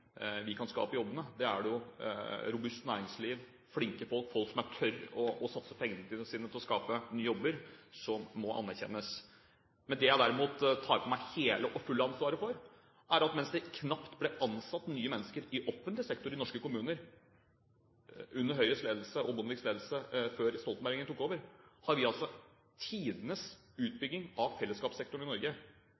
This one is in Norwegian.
vi kan skape jobbene. Det er det et robust næringsliv, flinke folk, folk som tør å satse pengene sine på å skape nye jobber, som må anerkjennes for. Det jeg derimot tar på meg det hele og fulle ansvaret for, er at mens det knapt ble ansatt nye mennesker i offentlig sektor i norske kommuner under Høyres og Bondeviks ledelse før Stoltenberg-regjeringen tok over, har vi hatt tidenes